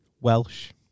Welsh